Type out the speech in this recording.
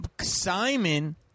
Simon